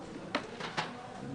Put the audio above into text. המנוע לבדיקות זה סימפטומים,